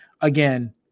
Again